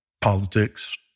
politics